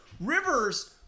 Rivers